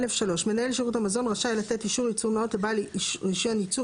(א3) מנהל שירות המזון רשאי לתת אישור ייצור נאות לבעל רישיון ייצור